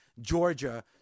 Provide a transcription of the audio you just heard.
Georgia